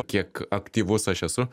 kiek aktyvus aš esu